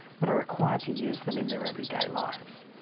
but are required to use them in their everyday lives.